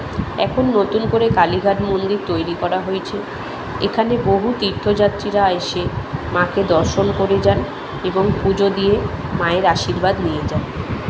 এখন নতুন করে কালীঘাট মন্দির তৈরি করা হয়েছে এখানে বহু তীর্থযাত্রীরা এসে মাকে দর্শন করে যান এবং পুজো দিয়ে মায়ের আশীর্বাদ নিয়ে যান